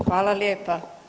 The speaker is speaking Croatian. Hvala lijepa.